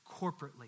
corporately